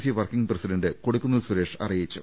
C working president Kodikunnil Suresh അറിയിച്ചു